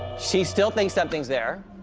she still thinks something's there.